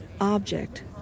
object